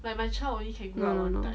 no no no